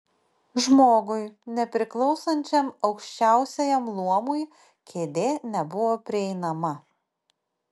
žmogui nepriklausančiam aukščiausiajam luomui kėdė nebuvo prieinama